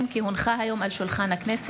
כי החלטת ועדת חוקה,